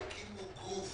יקימו גוף